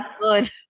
good